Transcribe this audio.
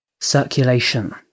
circulation